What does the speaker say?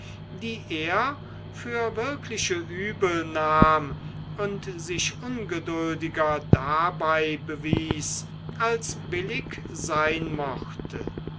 die er für wirkliche übel nahm und sich ungeduldiger dabei bewies als billig sein mochte